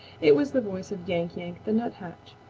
it was the voice of yank-yank the nuthatch,